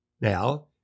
Now